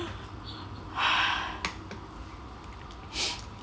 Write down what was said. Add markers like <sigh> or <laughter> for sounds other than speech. <noise>